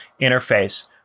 interface